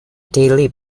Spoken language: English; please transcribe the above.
daily